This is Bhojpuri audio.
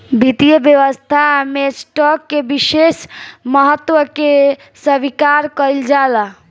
वित्तीय व्यवस्था में स्टॉक के विशेष महत्व के स्वीकार कईल जाला